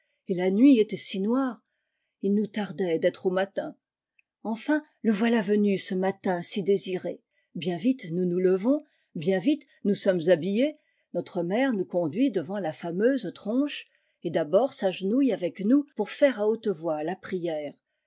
et la nuit était si noire il nous tardait d'être au malin enfin le voilà venu ce malin si désiré bien vite nous nous levons bien vite nous sommes habillés notre mère nous conduit devant la fameuse tronche et d'abord s'agenouille avec nous pour faire à haute voix la prière